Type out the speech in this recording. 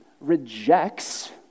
rejects